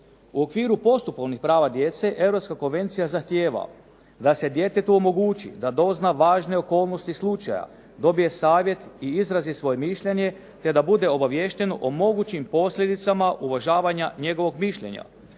U okviru postupovnih prava djece Europska konvencija zahtijeva da se djetetu omogući da dozna važne okolnosti slučaja, dobije savjet i izrazi svoje mišljenje te da bude obaviješteno o mogućim posljedicama uvažavanja njegovog mišljenja.